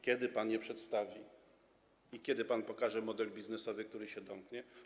Kiedy pan je przedstawi i kiedy pan pokaże model biznesowy, który się domknie?